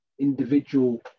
individual